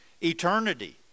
eternity